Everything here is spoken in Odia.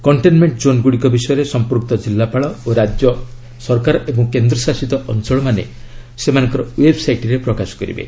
କଣ୍ଟେନ୍ମେଣ୍ଟ ଜୋନ୍ଗୁଡ଼ିକ ବିଷୟରେ ସମ୍ପୃକ୍ତ ଜିଲ୍ଲାପାଳ ଓ ରାଜ୍ୟ ସରକାର ଏବଂ କେନ୍ଦ୍ରଶାସିତ ଅଞ୍ଚଳମାନେ ସେମାନଙ୍କର ଓ୍ପେବ୍ସାଇଟ୍ରେ ପ୍ରକାଶ କରିବେ